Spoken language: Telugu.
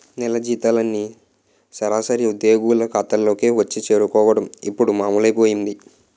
నెల జీతాలన్నీ సరాసరి ఉద్యోగుల ఖాతాల్లోకే వచ్చి చేరుకోవడం ఇప్పుడు మామూలైపోయింది